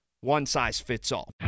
one-size-fits-all